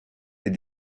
est